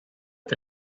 the